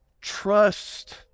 Trust